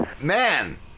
man